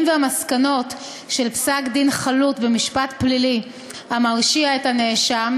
והמסקנות של פסק-דין חלוט במשפט פלילי המרשיע את הנאשם